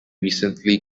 recently